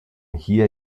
hier